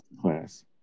class